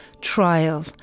trial